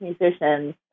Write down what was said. musicians